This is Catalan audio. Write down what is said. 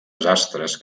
desastres